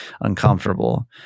uncomfortable